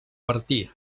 bertí